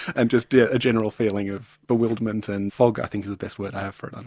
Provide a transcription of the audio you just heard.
and just a general feeling of bewilderment and fog i think is the best word i have for it.